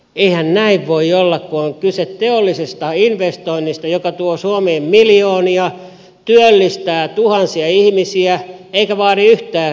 eihän näin voi olla kun on kyse teollisesta investoinnista joka tuo suomeen miljoonia työllistää tuhansia ihmisiä eikä vaadi yhtään yhteiskunnan tukea